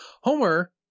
homer